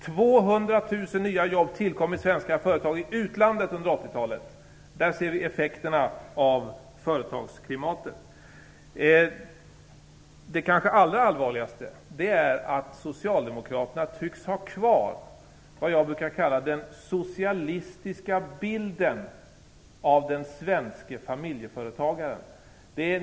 200 000 talet. Där ser vi effekterna av företagsklimatet. Det kanske allra allvarligaste är att socialdemokraterna tycks ha kvar vad jag brukar kalla för den socialistiska bilden av den svenske familjeföretagaren.